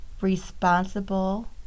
responsible